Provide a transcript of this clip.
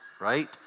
right